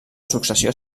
successió